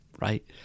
right